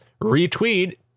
Retweet